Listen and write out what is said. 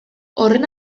horren